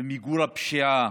במיגור הפשיעה,